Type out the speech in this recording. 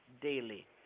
daily